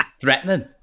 threatening